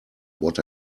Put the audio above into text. what